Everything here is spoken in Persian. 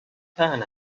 پهن